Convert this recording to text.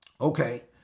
Okay